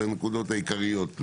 את הנקודות העיקריות.